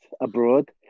abroad